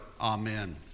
Amen